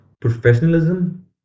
Professionalism